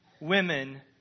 women